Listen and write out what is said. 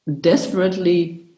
desperately